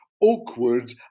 awkward